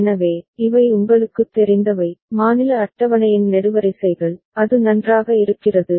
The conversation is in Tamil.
எனவே இவை உங்களுக்குத் தெரிந்தவை மாநில அட்டவணையின் நெடுவரிசைகள் அது நன்றாக இருக்கிறது